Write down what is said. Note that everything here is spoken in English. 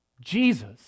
Jesus